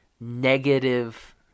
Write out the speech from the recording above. negative